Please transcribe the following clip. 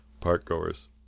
park-goers